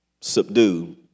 subdue